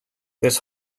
this